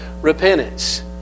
repentance